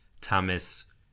Thomas